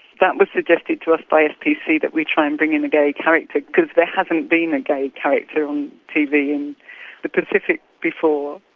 that was suggested to us by spc, that we try and bring in a gay character, because there hasn't been a gay character on tv in the pacific before.